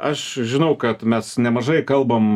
aš žinau kad mes nemažai kalbam